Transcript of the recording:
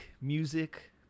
music